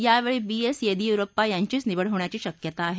यावेळी बी एस येदियुरप्पा यांचीच निवड होण्याची शक्यता आहे